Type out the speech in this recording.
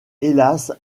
hélas